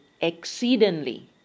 exceedingly